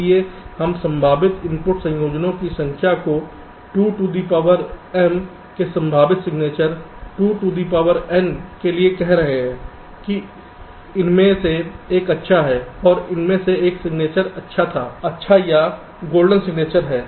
इसलिए हम संभावित इनपुट संयोजनों की संख्या को 2 टू दी पावर m के संभावित signature 2 to the power n के लिए कह रहे हैं की इनमें से एक अच्छा है और इनमें से एक सिग्नेचर अच्छा या गोल्डन सिग्नेचर है